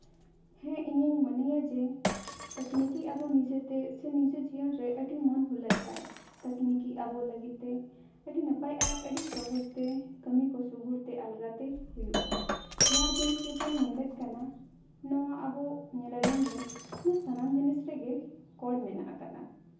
ᱦᱮᱸ ᱤᱧᱤᱧ ᱢᱚᱱᱮᱭᱟ ᱡᱮ ᱛᱟᱠᱱᱤᱠᱤ ᱟᱵᱚ ᱱᱤᱡᱮᱛᱮ ᱥᱮ ᱱᱤᱡᱮ ᱡᱤᱭᱚᱱ ᱨᱮ ᱟᱹᱰᱤ ᱢᱚᱱ ᱦᱩᱞᱟᱹᱥᱟᱭ ᱛᱟᱠᱱᱤᱠᱤ ᱟᱵᱚ ᱞᱟᱹᱜᱤᱫ ᱛᱮ ᱟᱹᱰᱤ ᱱᱟᱯᱟᱭ ᱟᱨ ᱟᱹᱰᱤ ᱥᱚᱦᱚᱡᱽ ᱛᱮ ᱠᱟᱹᱢᱤ ᱠᱚ ᱥᱩᱜᱩᱲᱛᱮ ᱟᱨ ᱟᱞᱜᱟᱛᱮ ᱦᱩᱭᱩᱜᱼᱟ ᱡᱟᱦᱟᱸ ᱡᱤᱱᱤᱥ ᱜᱮᱵᱚᱱ ᱧᱮᱞᱮᱜ ᱠᱟᱱᱟ ᱱᱚᱣᱟ ᱟᱵᱚ ᱧᱮᱧᱮᱞᱚᱢ ᱨᱮ ᱵᱟ ᱥᱟᱱᱟᱢ ᱡᱤᱱᱤᱥ ᱨᱮᱜᱮ ᱠᱚᱲ ᱢᱮᱱᱟᱜ ᱟᱠᱟᱫᱟ